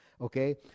okay